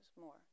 more